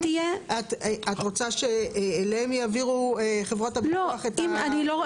את רוצה שאליהם יעבירו חברות הביטוח את ה --- לא,